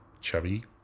chubby